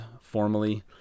formally